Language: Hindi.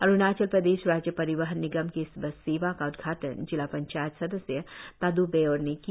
अरुणाचल प्रदेश राज्य परिवहन निगम की इस बस सेवा का उदघाटन जिला पंचायत सदस्य तादू बेयोर ने किया